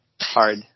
hard